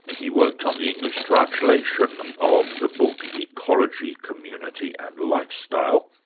he worked on the english translation of the book ecology, community and lifestyle,